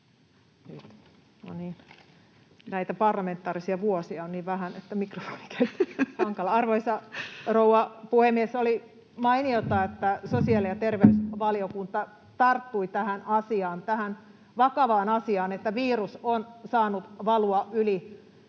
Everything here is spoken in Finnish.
näitä parlamentaarisia vuosia on niin vähän, että mikrofoni on hankala. — Arvoisa rouva puhemies! Oli mainiota, että sosiaali‑ ja terveysvaliokunta tarttui tähän vakavaan asiaan, että virus on saanut valua yli